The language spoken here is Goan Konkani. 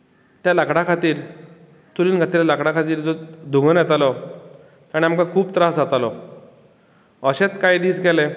ते लांकडा खातीर चुलींत घातिल्ले लांकडा खातीर जो धुंवर येतालो ताणें आमकां खूब त्रास जातालो अशेच कांय दीस गेले